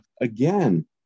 Again